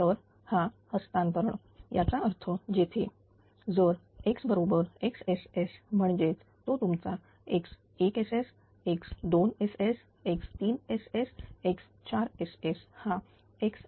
तऱ् हा हस्तांतरण याचा अर्थ येथे जर x बरोबर XSS म्हणजेच तो तुमचा X1SS X2SS X3SS X4SS हा XSS